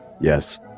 Yes